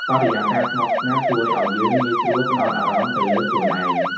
បរិយាកាសស្ងប់ស្ងាត់ជួយឲ្យយើងងាយស្រួលផ្ដោតអារម្មណ៍ទៅលើខ្លួនឯង។